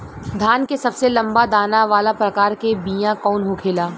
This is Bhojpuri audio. धान के सबसे लंबा दाना वाला प्रकार के बीया कौन होखेला?